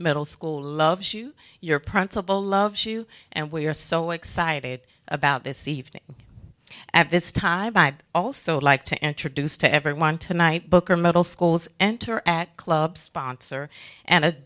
middle school loves you your principal loves you and we are so excited about this evening at this time i also like to introduce to everyone tonight booker middle school's enter at club sponsor and a